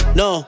no